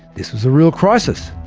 this was a real crisis.